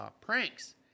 pranks